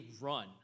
run